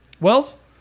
Wells